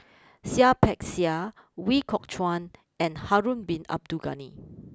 Seah Peck Seah Ooi Kok Chuen and Harun Bin Abdul Ghani